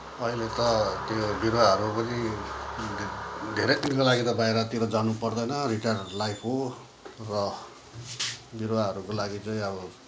अहिले त त्यो बिरुवाहरू पनि धेरै दिनको लागि त बाहिरतिर जान पर्दैन रिटायर्ड लाइफ हो र बिरुवाहरूको लागि चाहिँ अब